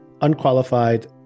unqualified